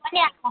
दिनमा नि आएको